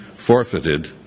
forfeited